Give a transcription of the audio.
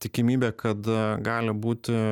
tikimybė kad gali būti